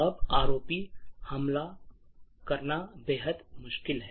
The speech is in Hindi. अब रोप हमलों करना बेहद मुश्किल है